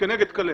כנגד כלבת.